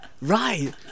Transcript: right